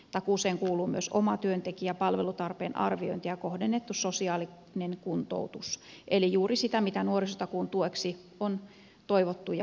takuuseen kuuluu myös omatyöntekijä palvelutarpeen arviointi ja kohdennettu sosiaalinen kuntoutus eli juuri sitä mitä nuorisotakuun tueksi on toivottu ja kaivattu